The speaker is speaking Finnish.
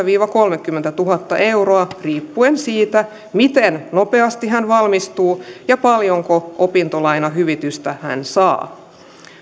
viiva kolmekymmentätuhatta euroa riippuen siitä miten nopeasti hän valmistuu ja paljonko opintolainahyvitystä hän saa